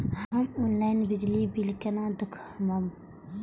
हम ऑनलाईन बिजली बील केना दूखमब?